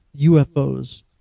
UFOs